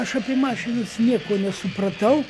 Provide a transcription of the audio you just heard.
aš apie mašinas nieko nesupratau